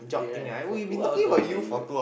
the thing right for two hours right talking about you eh